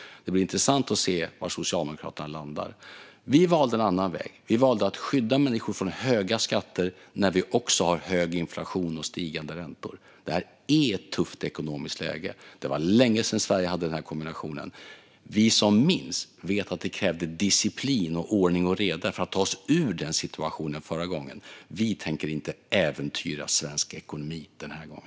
Det blir intressant att se var Socialdemokraterna landar. Vi valde en annan väg. Vi valde att skydda människor från höga skatter när vi också har hög inflation och stigande räntor. Det är ett tufft ekonomiskt läge. Det var länge sedan Sverige hade denna kombination. Vi som minns vet att det krävdes disciplin och ordning och reda för att ta oss ur den situationen förra gången. Vi tänker inte äventyra svensk ekonomi den här gången.